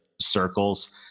circles